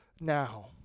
now